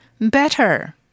better